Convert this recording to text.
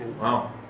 Wow